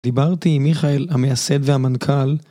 דיברתי עם מיכאל המייסד והמנכ״ל